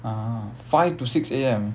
ah five to six A_M